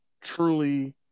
truly